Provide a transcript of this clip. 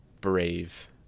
Brave